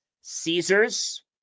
Caesars